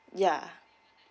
yeah